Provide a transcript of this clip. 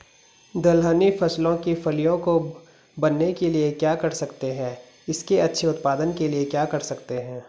दलहनी फसलों की फलियों को बनने के लिए क्या कर सकते हैं इसके अच्छे उत्पादन के लिए क्या कर सकते हैं?